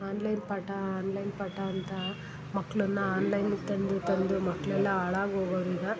online ಪಾಠ online ಪಾಠ ಅಂತ ಮಕ್ಳನ್ನು ಆನ್ಲೈನಿಗೆ ತಂದು ತಂದು ಮಕ್ಕಳೆಲ್ಲ ಹಾಳಾಗ್ ಹೋಗೋರ್ ಈಗ